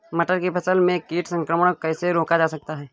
मटर की फसल में कीट संक्रमण कैसे रोका जा सकता है?